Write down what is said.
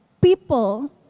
people